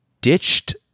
ditched